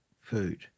food